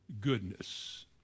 goodness